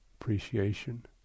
Appreciation